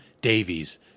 davies